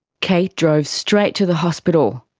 kate drove straight to the hospital.